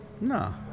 No